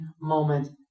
moment